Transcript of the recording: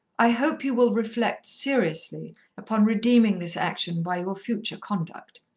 i hope you will reflect seriously upon redeeming this action by your future conduct.